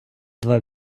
два